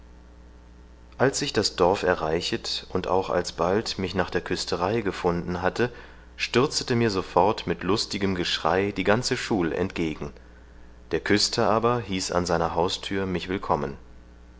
als ich das dorf erreichet und auch alsbald mich nach der küsterei gefunden hatte stürzete mir sofort mit lustigem geschrei die ganze schul entgegen der küster aber hieß an seiner hausthür mich willkommen